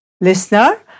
Listener